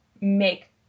make